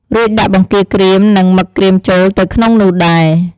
រួចដាក់ បង្គាក្រៀម និង មឹកក្រៀមចូលទៅក្នុងនោះដែរ។